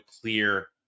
clear